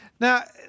Now